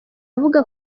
avuga